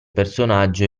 personaggio